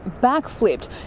backflipped